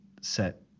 set